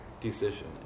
decision